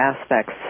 aspects